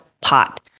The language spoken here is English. pot